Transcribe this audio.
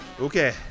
Okay